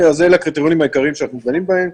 אלה הקריטריונים העיקריים שאנחנו דנים בהם.